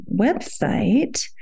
website